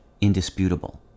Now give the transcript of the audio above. indisputable